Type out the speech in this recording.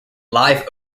live